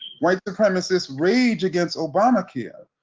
white supremacists rage against obamacare,